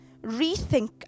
rethink